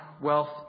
wealth